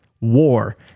war